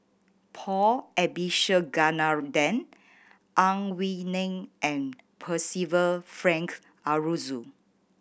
Paul Abisheganaden Ang Wei Neng and Percival Frank Aroozoo